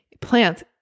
plants